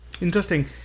Interesting